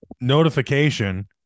notification